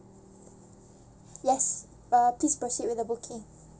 yes uh please proceed with the booking